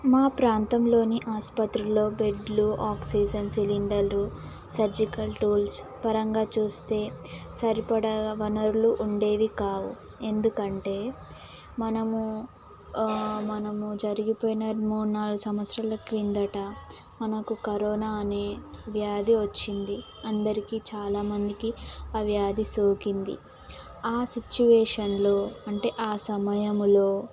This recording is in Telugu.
మా ప్రాంతంలోని ఆసుపత్రిలో బెడ్లు ఆక్సిజన్ సిలిండర్లు సర్జికల్ టూల్స్ పరంగా చూస్తే సరిపడా వనరులు ఉండేవి కావు ఎందుకంటే మనము మనము జరిగిపోయిన మూడు నాలుగు సంవత్సరాలు క్రిందట మనకు కరోనా అనే వ్యాధి వచ్చింది అందరికీ చాలామందికి ఆ వ్యాధి సోకింది ఆ సిచ్చువేషన్లో అంటే ఆ సమయంలో